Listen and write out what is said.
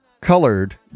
colored